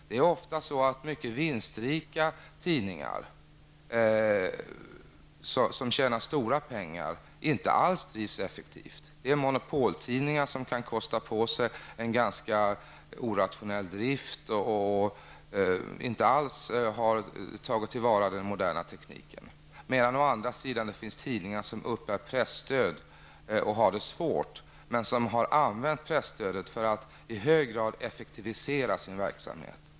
Det är ofta så, att mycket vinstrika tidningar som tjänar stora pengar, inte alls drivs effektivt. Det är monopoltidningar som kan kosta på sig en ganska orationell drift och inte alls har tagit till vara den moderna tekniken. Å andra sidan finns det tidningar som uppbär presstöd och har det svårt men som har använt presstödet för att i hög grad effektivisera sin verksamhet.